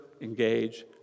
engage